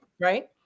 Right